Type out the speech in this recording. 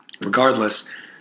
Regardless